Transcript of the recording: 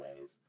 ways